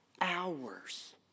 hours